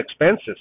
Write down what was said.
expenses